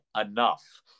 enough